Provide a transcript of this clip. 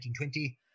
1920